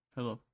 Hello